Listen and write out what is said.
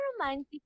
romantic